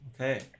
okay